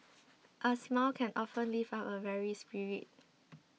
a smile can often lift up a weary spirit